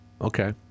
Okay